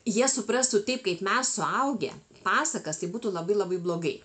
jie suprastų taip kaip mes suaugę pasakas tai būtų labai labai blogai